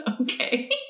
okay